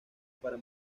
para